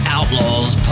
Outlaws